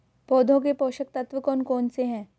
पौधों के पोषक तत्व कौन कौन से हैं?